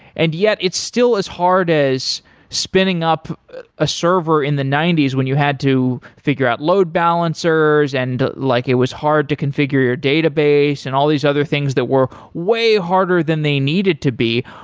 and yet it's still as hard as spinning up a server in the ninety s when you had to figure out load balancers, and like it was hard to configure your database and all these other things that were way harder than they needed to be.